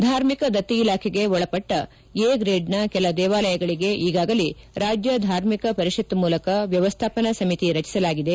ಧಾರ್ಮಿಕ ದತ್ತಿ ಇಲಾಖೆಗೆ ಒಳಪಟ್ಟ ಎ ಗ್ರೇಡ್ನ ಕೆಲ ದೇವಾಲಯಗಳಿಗೆ ಈಗಾಗಲೇ ರಾಜ್ಯ ಧಾರ್ಮಿಕ ಪರಿಷತ್ ಮೂಲಕ ವ್ಯವಸ್ಥಾಪನಾ ಸಮಿತಿ ರಚಿಸಲಾಗಿದೆ